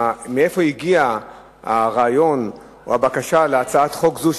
מאיפה הגיעה הבקשה להצעת חוק זו,